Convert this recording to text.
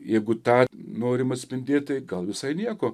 jeigu tą norim atspindėt gal visai nieko